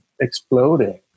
exploding